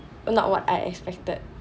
not what I expected